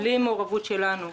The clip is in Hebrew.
ובלי המעורבות שלנו,